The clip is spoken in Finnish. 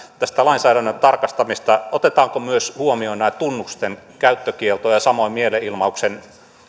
tästä lainsäädännön tarkastamisesta otetaanko huomioon myös tämä tunnusten käyttökielto ja samoin mielenilmauksen